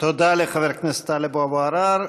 תודה לחבר הכנסת טלב אבו עראר.